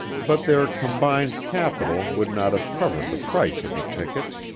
but their combined capital would not have covered the price of the tickets,